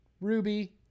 Ruby